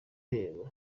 yego